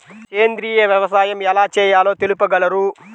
సేంద్రీయ వ్యవసాయం ఎలా చేయాలో తెలుపగలరు?